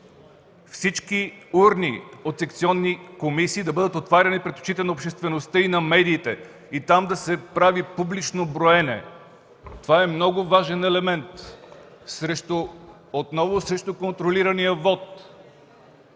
всички урни от секционни комисии да бъдат отваряни пред очите на обществеността и на медиите и там да се прави публично броене. Това е много важен елемент отново срещу контролирания вот.